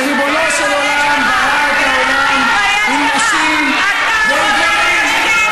שריבונו של עולם ברא את העולם עם נשים ועם גברים.